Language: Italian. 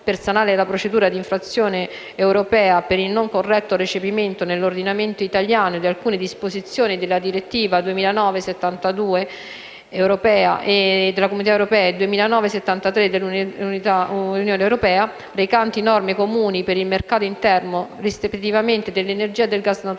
la procedura d'infrazione UE per il non corretto recepimento nell'ordinamento italiano di alcune disposizioni della direttiva 2009/72/CE e 2009/73/UE, recanti norme comuni per il mercato interno rispettivamente dell'energia e del gas naturale.